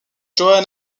johan